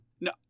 no